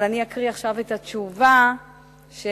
אבל אקריא עכשיו את התשובה שקיבלתי.